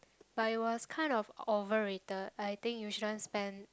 but it was kind of overrated I think you shouldn't spend